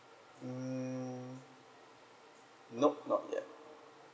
mm nope not yet